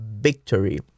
victory